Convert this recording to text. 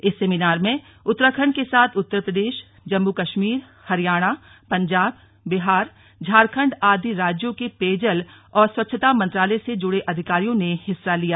इस सेमिनार में उत्तराखंड के साथ उत्तर प्रदेश जम्मू कश्मीर हरियाणा पंजाब बिहार झारखंड आदि राज्यों के पेयजल और स्वच्छता मंत्रालय से जुड़े अधिकारियों ने हिस्सा लिया